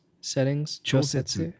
settings